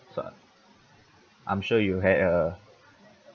so I'm sure you had a